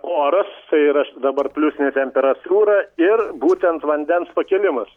oras tai yra dabar pliusinė temperatūra ir būtent vandens pakilimas